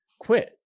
quit